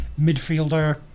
midfielder